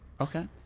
okay